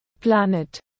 Planet